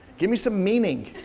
give me some meaning.